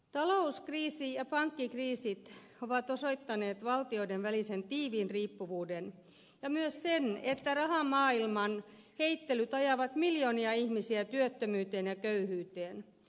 talouskriisi ja pankkikriisit ovat osoittaneet valtioiden välisen tiiviin riippuvuuden ja myös sen että rahamaailman heittelyt ajavat miljoonia ihmisiä työttömyyteen ja köyhyyteen